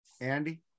Andy